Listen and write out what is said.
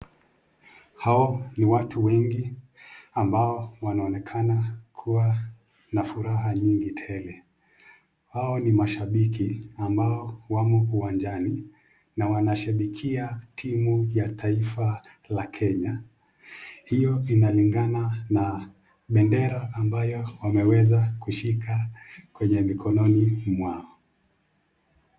Hao ni watu wengi ambao wanaonekana kuwa na furaha nyingi tele. Hao ni mashambiki ambao wamo uwanjani na wanashambikia timu ya taifa la Kenya. Hilo inalingana na bendera ambayo wameweza kushika kwenye mikononi mwao.